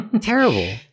Terrible